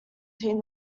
between